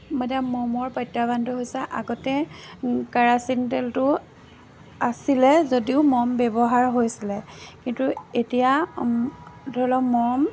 এতিয়া মমৰ প্ৰত্যাহ্বানটো হৈছে আগতে কেৰাচিন তেলটো আছিলে যদিও মম ব্যৱহাৰ হৈছিলে কিন্তু এতিয়া ধৰি লওক মম